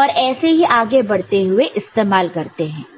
और ऐसे ही आगे बढ़ते हुए इस्तेमाल करते हैं